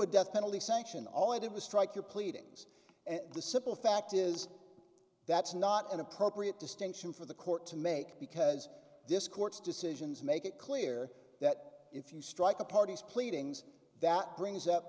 a death penalty sanction all i did was strike your pleadings and the simple fact is that's not an appropriate distinction for the court to make because this court's decisions make it clear that if you strike a party's pleadings that brings up